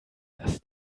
dass